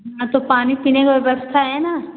हाँ तो पानी पीने का व्यवस्था है ना